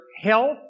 health